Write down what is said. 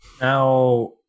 Now